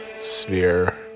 sphere